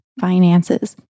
finances